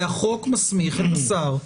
והחוק מסמיך את השר,